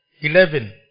eleven